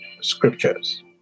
Scriptures